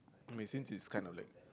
I mean since is kind of like